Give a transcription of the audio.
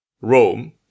Rome